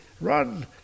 run